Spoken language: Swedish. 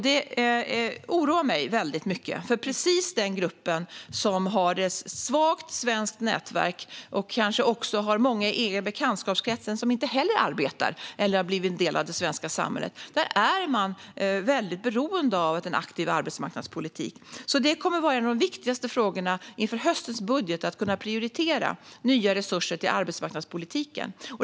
Det oroar mig mycket, för i den gruppen som har ett svagt svenskt nätverk och kanske har många i bekantskapskretsen som inte heller arbetar eller har blivit en del av det svenska samhället är man väldigt beroende av en aktiv arbetsmarknadspolitik. En av de viktigaste frågorna inför höstens budget kommer därför att vara att prioritera nya resurser till arbetsmarknadspolitiken.